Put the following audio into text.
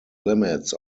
limits